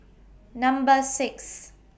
Number six